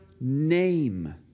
name